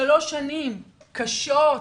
שלוש שנים קשות,